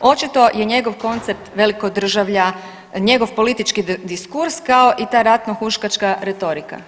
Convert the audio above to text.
Očito je njegov koncept velikodržavlja, njegov politički diskurs kao i ta ratno huškačka retorika.